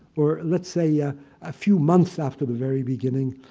or let's say a ah few months after the very beginning,